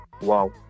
Wow